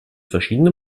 verschiedene